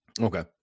okay